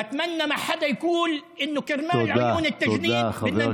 שלא יימנעו, אלא שיצביעו נגד.) תודה רבה.